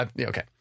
Okay